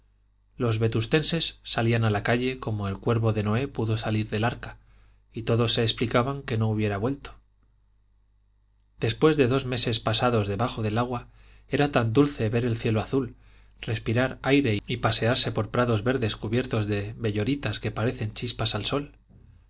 los vetustenses salían a la calle como el cuervo de noé pudo salir del arca y todos se explicaban que no hubiera vuelto después de dos meses pasados debajo del agua era tan dulce ver el cielo azul respirar aire y pasearse por prados verdes cubiertos de belloritas que parecen chispas del sol